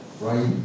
right